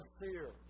fear